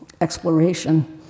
exploration